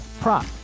prop